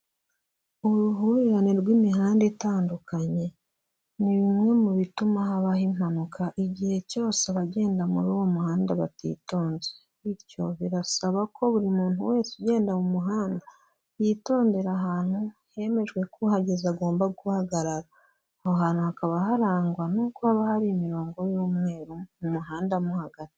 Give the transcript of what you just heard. Uruhurirane rw'imihanda itandukanye ni bimwe mu bituma habaho impanuka, igihe cyose abagenda muri uwo muhanda batitonze, bityo birasaba ko buri muntu wese ugenda mu muhanda yitondera ahantu hemejwe ko uhageze agomba guhagarara, aho hantu hakaba harangwa n'uko haba hari imirongo y'umweru mu muhanda mo hagati.